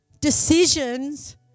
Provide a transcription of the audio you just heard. decisions